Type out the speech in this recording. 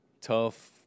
tough